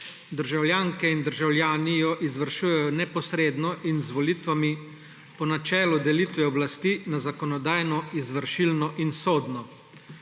Državljanke in državljani jo izvršujejo neposredno in z volitvami po načelu delitve oblasti na zakonodajno, izvršilno in sodno.